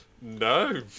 No